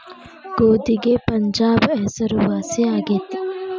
ಗೋಧಿಗೆ ಪಂಜಾಬ್ ಹೆಸರುವಾಸಿ ಆಗೆತಿ